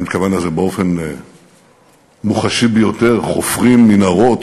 אני מתכוון לזה באופן מוחשי ביותר: חופרים מנהרות,